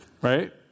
Right